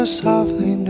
softly